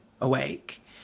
awake